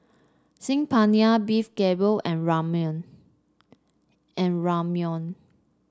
Saag Paneer Beef Galbi and Ramyeon and Ramyeon